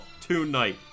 tonight